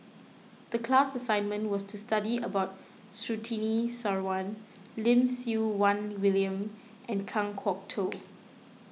the class assignment was to study about Surtini Sarwan Lim Siew Wai William and Kan Kwok Toh